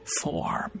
form